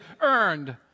earned